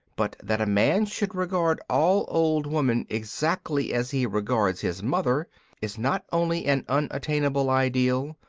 but that a man should regard all old women exactly as he regards his mother is not only an unattainable ideal,